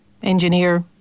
engineer